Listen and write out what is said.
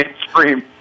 scream